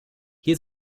hier